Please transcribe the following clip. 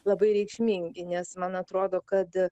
labai reikšmingi nes man atrodo kad